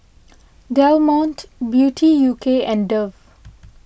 Del Monte Beauty U K and Dove